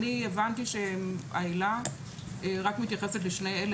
אני הבנתי שהעילה מתייחסת רק לשני אלה.